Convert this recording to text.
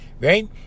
Right